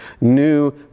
new